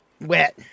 wet